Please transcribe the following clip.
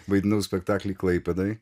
vaidinau spektaklį klaipėdoj